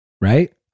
right